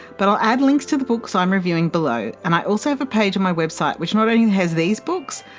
but i'll add links to the books i'm reviewing below, and i also have a page on my website which not only has these books,